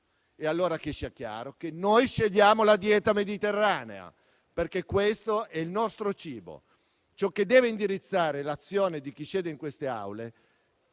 Allora sia chiaro che noi scegliamo la dieta mediterranea, perché questo è il nostro cibo. Ciò che deve indirizzare l'azione di chi siede in queste aule